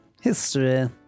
History